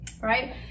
right